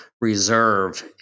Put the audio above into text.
reserve